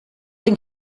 den